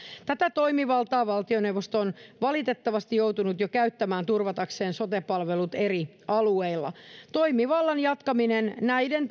tätä toimivaltaa valtioneuvosto on valitettavasti joutunut jo käyttämään turvatakseen sote palvelut eri alueilla toimivallan jatkaminen näiden